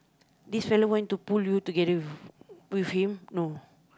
this fella want to pull you together with with him no